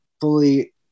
fully